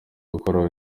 gukuraho